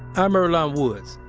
i'm earlonne woods.